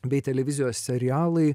bei televizijos serialai